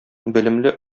белемле